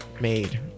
made